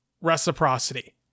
Reciprocity